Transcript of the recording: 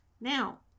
Now